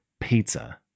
pizza